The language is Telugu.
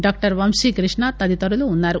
డాక్టర్ వంశీకృష్ణ తదితరులు వున్సారు